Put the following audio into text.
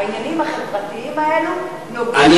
העניינים החברתיים האלה נוגעים לנו.